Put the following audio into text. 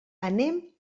anem